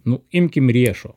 nu imkim riešo